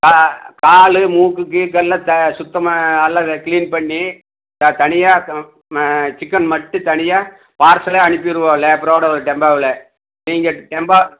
ஆ கால் மூக்கு கீக்கல்லாம் சுத்தமாக எல்லாம் க்ளீன் பண்ணி இப்போ தனியாக சிக்கென் மட்டும் தனியாக பார்சலே அனுப்பிடுவோம் லேபரோட ஒரு டெம்போவில் நீங்கள் டெம்போ